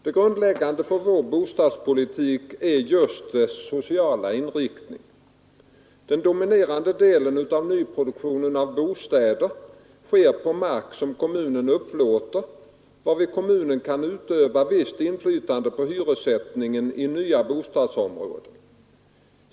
Det grundläggande för vår bostadspolitik är just dess sociala inriktning. Den dominerande delen av nyproduktionen av bostäder sker på mark som kommunen upplåter, varvid kommunen kan utöva visst inflytande på hyresnivån i nya bostadsområden.